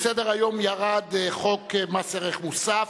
מסדר-היום ירד חוק מס ערך מוסף,